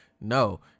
no